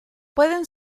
pueden